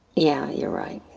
yeah, you're right.